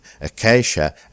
acacia